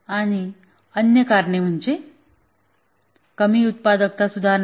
आणि अन्य कारणे म्हणजे कमी उत्पादकता सुधारणे